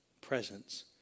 presence